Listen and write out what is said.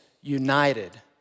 united